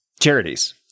Charities